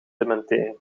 dementeren